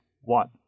one